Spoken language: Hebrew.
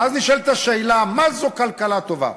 ואז נשאלת השאלה, מה זו כלכלה טובה?